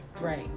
Right